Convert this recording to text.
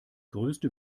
größte